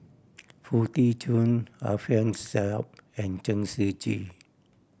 Foo Tee Jun Alfian Sa'at and Chen Shiji